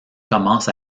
commence